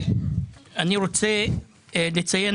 אני רוצה לציין